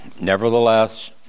Nevertheless